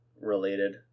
related